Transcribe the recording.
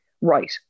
right